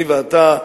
אני ואתה,